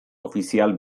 ofizial